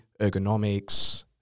ergonomics